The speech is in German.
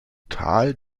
tal